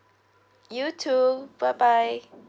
you too bye bye